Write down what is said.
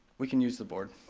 we can use the board.